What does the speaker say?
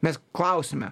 mes klausiame